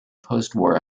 postwar